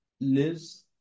Liz